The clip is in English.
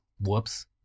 whoops